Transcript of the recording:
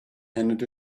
handed